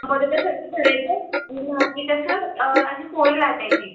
मोदकासारखं भरायचं आणि आपली कसं अ अशी पोळी लाटायची